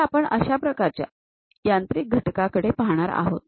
तर आपण अशा प्रकारच्या यांत्रिक घटकाकडे पाहणार आहोत